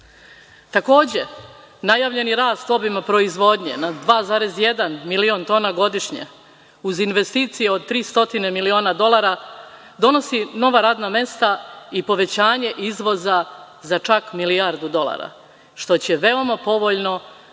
Takođe, najavljeni rast obima proizvodnje na 2,1 milion tona godišnje uz investicije od tri stotine miliona dolara donosi nova radna mesta i povećanje izvoza za čak milijardu dolara, što će se veoma povoljno